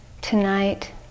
tonight